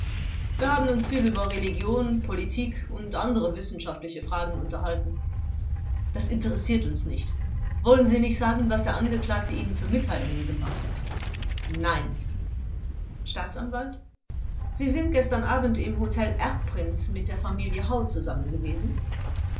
wir haben uns viel über religion politik und andere wissenschaftliche fragen unterhalten vert das interessiert uns nicht wollen sie nicht sagen was der angeklagte ihnen für mitteilungen gemacht hat zeuge nein staatsanwalt sie sind gestern abend im hotel erbprinz mit der familie